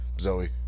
Zoe